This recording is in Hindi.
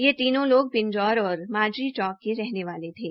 ये तीनो लोग पिंजौर और माजरी चौंक के रहने वाले थे